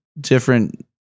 different